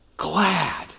Glad